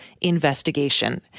investigation